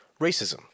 racism